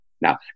Now